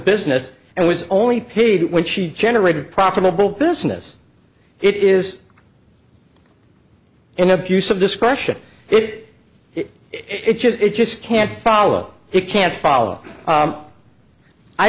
business and was only paid when she generated profitable business it is an abuse of discretion it it just it just can't follow it can't follow